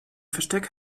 versteck